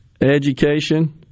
education